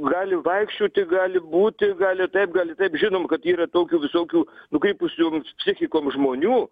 gali vaikščioti gali būti gali taip gali taip žinom kad yra tokių visokių nukreipusių psichikom žmonių